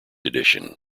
edition